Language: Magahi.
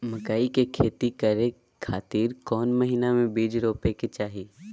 मकई के खेती करें खातिर कौन महीना में बीज रोपे के चाही?